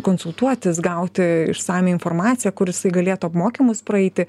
konsultuotis gauti išsamią informaciją kur jisai galėtų apmokymus praeiti